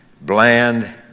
bland